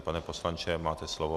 Pane poslanče, máte slovo.